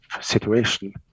situation